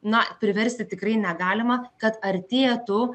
na priversti tikrai negalima kad artėtų